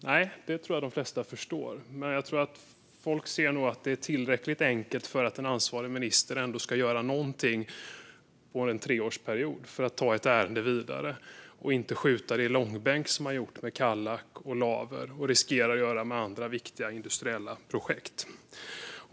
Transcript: Nej, det tror jag att de flesta förstår, men folk ser nog att det är tillräckligt enkelt för att en ansvarig minister ändå ska göra någonting under en treårsperiod för att ta ett ärende vidare och inte dra det i långbänk, så som man har gjort med Kallak och Laver och som man riskerar att göra med andra viktiga industriella projekt.